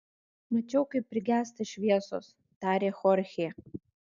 mačiau kaip prigęsta šviesos tarė chorchė